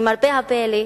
למרבה הפלא,